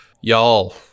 y'all